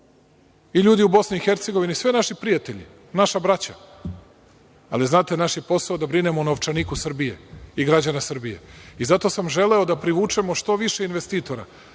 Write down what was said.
sve su to naši prijatelji, naša braća. Znate, naš je posao da brinemo o novčaniku Srbije i građana Srbije. Zato sam želeo da privučemo što više investitora.